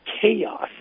chaos